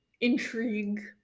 intrigue